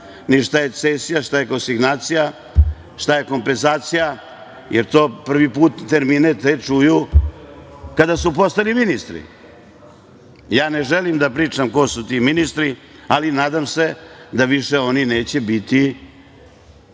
ni šta je cesija, ni šta je konsignacija, šta je kompenzacija, jer to prvi put, termine te čuju kada su postali ministri. Ja ne želim da pričam ko su ti ministri, ali nadam se da više oni neće biti